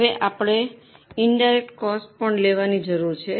હવે આપણે આ ઇનડાયરેક્ટ કોસ્ટ પણ લેવાની જરૂર છે